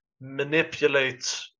manipulate